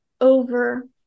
over